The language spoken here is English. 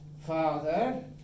father